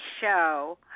Show